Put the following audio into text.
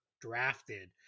drafted